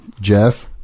Jeff